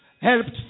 helped